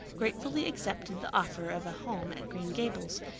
gratefully accepted the offer of a home at green gables.